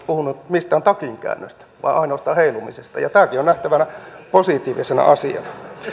puhunut mistään takinkäännöstä vaan ainoastaan heilumisesta ja tämäkin on nähtävä positiivisena asiana